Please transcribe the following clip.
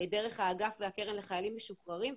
דרך האגף והקרן לחיילים משוחררים,